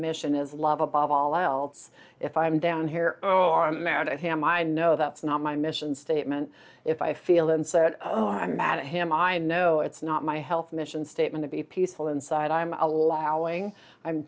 mission is love above all else if i'm down here oh i'm mad at him i know that's not my mission statement if i feel and said i'm mad at him i know it's not my health mission statement to be peaceful inside i'm allowing i'm